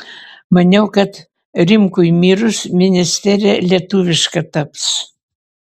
maniau kad rimkui mirus ministerija lietuviška taps